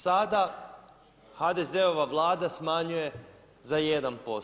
Sada HDZ-ova vlada smanjuje za 1%